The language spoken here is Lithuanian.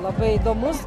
labai įdomus